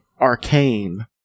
Arcane